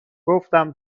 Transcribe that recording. گفتم